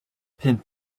pump